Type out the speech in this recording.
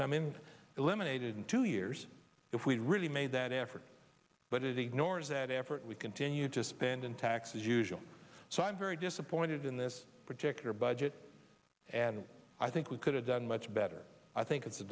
coming eliminated in two years if we really made that effort but it ignores that effort we continue to spend in taxes usually so i'm very disappointed in this particular budget and i think we could have done much better i think it's a